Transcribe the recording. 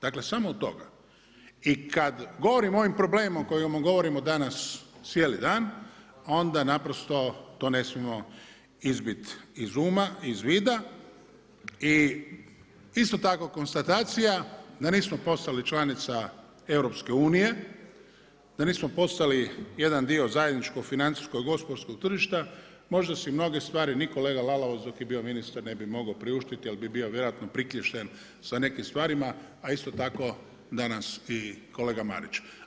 Dakle, samo od toga, i kad govorimo o ovim problemima o kojima govorimo danas cijeli dan, onda naprosto to ne smijemo izbit iz uma, iz vida, i isto tako konstatacija, da nismo postali članica EU-a, da nismo postali jedna dio zajedničko financijsko-gospodarskog tržišta, možda si mnoge stvari ni kolega Lalovac dok je bio ministar ne bi mogao priuštiti jer bi bio vjerojatno priklješten sa nekim stvarima, a isto tako danas i kolega Marić.